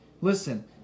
listen